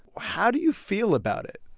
how do you feel about it?